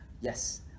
Yes